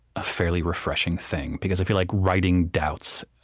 a fairly refreshing thing, because i feel like writing doubts,